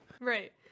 Right